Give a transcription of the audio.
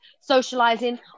socializing